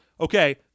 Okay